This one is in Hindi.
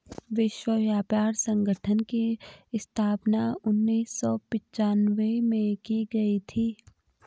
विश्व व्यापार संगठन की स्थापना उन्नीस सौ पिच्यानवे में की गई थी